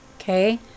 Okay